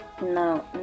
No